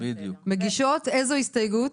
מגישות איזו הסתייגות?